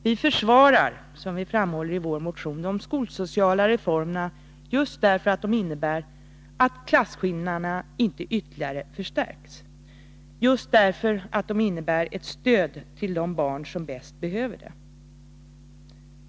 Vi försvarar, som vi framhåller i vår motion, de skolsociala reformerna, just därför att de innebär att klasskillnaderna inte ytterligare förstärks, just därför att de innebär ett stöd till de barn som bäst behöver det.